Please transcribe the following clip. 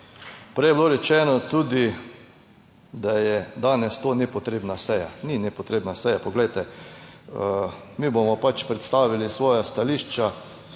Prej je bilo rečeno tudi, da je danes to nepotrebna seja. Ni nepotrebna seja. Poglejte, mi bomo pač predstavili svoja stališča,